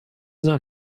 not